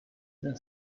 been